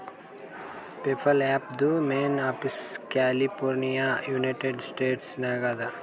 PayPal ಆ್ಯಪ್ದು main office California United States ನಾಗ್ ಅದಾ